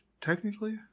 technically